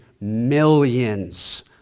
millions